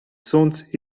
suns